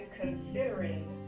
considering